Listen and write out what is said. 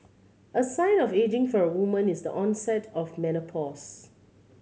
a sign of ageing for a woman is the onset of menopause